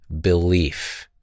belief